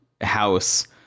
house